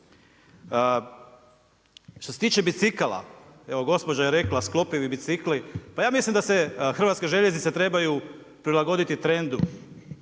Što se tiče bicikala, evo gospođa je rekla, sklopivi bicikli, pa ja mislim da se HŽ trebaju prilagoditi trendu.